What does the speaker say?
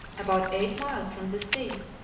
about eight miles from the sea.